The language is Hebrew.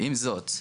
עם זאת,